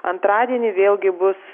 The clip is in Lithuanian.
antradienį vėlgi bus